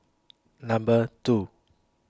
Number two